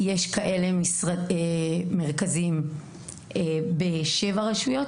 יש כאלה מרכזים בשבע רשויות,